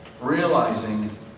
Realizing